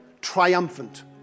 triumphant